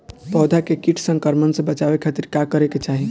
पौधा के कीट संक्रमण से बचावे खातिर का करे के चाहीं?